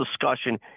discussion